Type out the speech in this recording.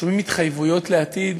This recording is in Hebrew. שומעים התחייבויות לעתיד,